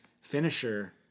finisher